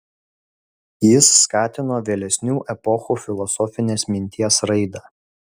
jis skatino vėlesnių epochų filosofinės minties raidą